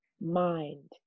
mind